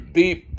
deep